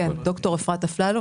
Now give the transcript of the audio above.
ד"ר אפרת אפללו,